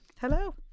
Hello